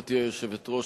גברתי היושבת-ראש,